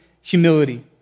humility